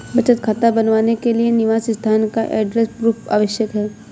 बचत खाता बनवाने के लिए निवास स्थान का एड्रेस प्रूफ आवश्यक है